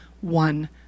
one